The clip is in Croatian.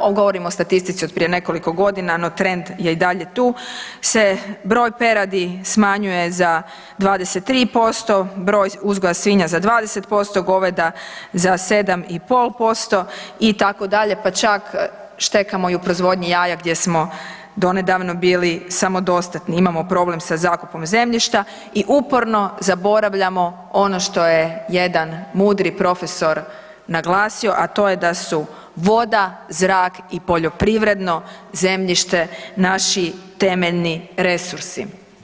ovo govorim o statistici od prije nekoliko godina no trend je i dalje tu se broj peradi smanjuje za 23%, broj uzgoja svinja za 20%, goveda za 7,5% itd., pa čak štekamo i u proizvodnji jaja gdje smo donedavno bili samodostatni, imamo problem sa zakupom zemljišta i uporno zaboravljamo ono što je jedan mudri profesor naglasio a to je da su voda, zrak i poljoprivredno zemljište naši temeljeni resursi.